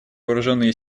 вооруженные